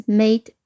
made